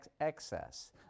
excess